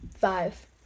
Five